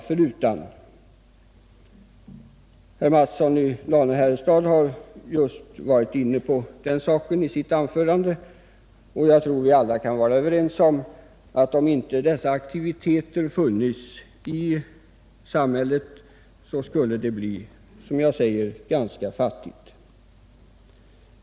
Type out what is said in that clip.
Herr Mattsson i Lane-Herrestad har just varit inne på den saken i sitt anförande, och jag tror att vi alla kan vara överens om, att om inte dessa aktiviteter funnes i samhället skulle det bli som jag sade ganska fattigt.